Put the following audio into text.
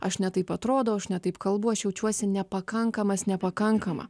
aš ne taip atrodau aš ne taip kalbu aš jaučiuosi nepakankamas nepakankama